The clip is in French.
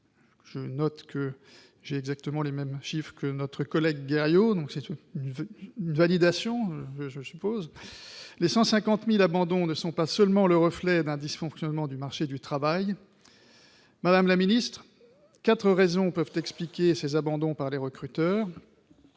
que j'ai exactement les mêmes chiffres que notre collègue Joël Guerriau. Les 150 000 abandons ne sont pas seulement le reflet d'un dysfonctionnement du marché du travail. Madame la ministre, quatre raisons peuvent expliquer ces abandons par les recruteurs.